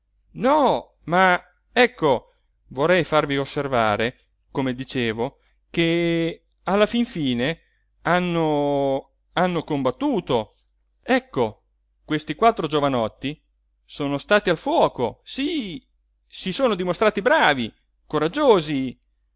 no ma ecco vorrei farvi osservare come dicevo che alla fin fine hanno hanno combattuto ecco questi quattro giovanotti sono stati al fuoco sí si sono dimostrati bravi coraggiosi